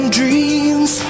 dreams